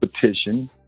petition